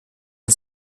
uns